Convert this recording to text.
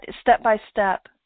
step-by-step